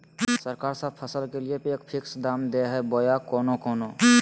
सरकार सब फसल के लिए एक फिक्स दाम दे है बोया कोनो कोनो?